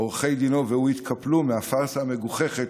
עורכי דינו והוא התקפלו מהפארסה המגוחכת